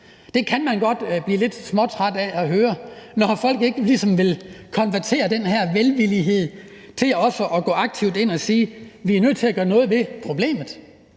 Det kan man godt blive lidt småtræt af at høre, når folk ikke ligesom vil konvertere den her velvillighed til også aktivt at gå ind at sige, at vi er nødt til at gøre noget ved problemet.